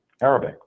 Arabic